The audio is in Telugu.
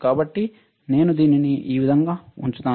కాబట్టి నేను దీనిని ఈ విధంగా ఉంచుతాను